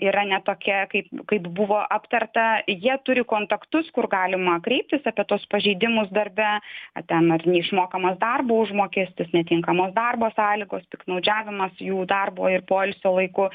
yra ne tokia kaip kaip buvo aptarta jie turi kontaktus kur galima kreiptis apie tuos pažeidimus darbe ten ar neišmokamas darbo užmokestis netinkamos darbo sąlygos piktnaudžiavimas jų darbo ir poilsio laiku